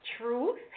Truth